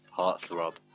Heartthrob